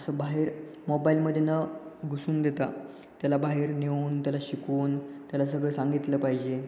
असं बाहेर मोबाईलमध्ये न घुसून देता त्याला बाहेर नेऊन त्याला शिकवून त्याला सगळं सांगितलं पाहिजे